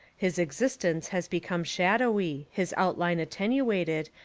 his existence has become shadowy, his outline attenuated,